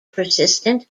persistent